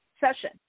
session